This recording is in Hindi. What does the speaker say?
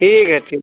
ठीक है ठी